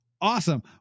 Awesome